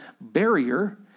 barrier